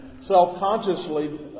self-consciously